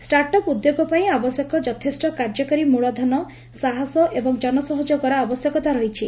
start up ଉଦ୍ୟୋଗ ପାଇଁ ଆବଶ୍ୟକ ଯଥେଷ କାର୍ଯ୍ୟକାରୀ ମ୍ଳଧନ ସାହସ ଏବଂ ଜନସହଯୋଗର ଆବଶ୍ୟକତା ରହିଛି